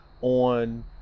on